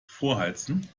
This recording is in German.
vorheizen